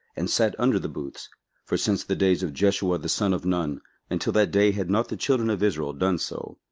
and sat under the booths for since the days of jeshua the son of nun unto that day had not the children of israel done so.